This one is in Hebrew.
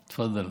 תפדל.